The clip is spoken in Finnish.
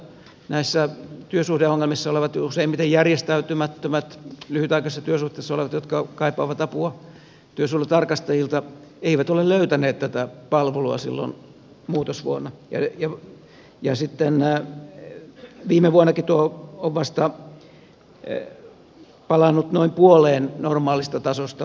eli käytännössä näissä työsuhdeongelmissa olevat useimmiten järjestäytymättömät lyhytaikaisessa työsuhteessa olevat jotka kaipaavat apua työsuojelutarkastajilta eivät ole löytäneet tätä palvelua silloin muutosvuonna ja viime vuonnakin näiden työsuhdeasioiden yhteydenottojen määrä on palannut vasta noin puoleen normaalista tasosta